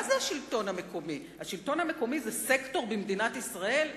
האם השלטון המקומי הוא סקטור במדינת ישראל?